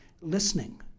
listening